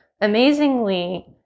amazingly